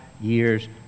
years